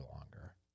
longer